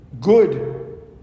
good